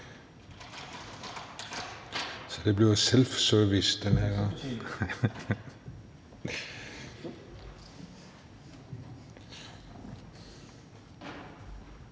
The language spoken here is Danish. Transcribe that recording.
Så det bliver self service den her